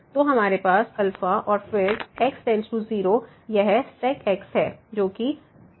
तो हमारे पास और फिर x→0 यह sec x है जो कि 1 है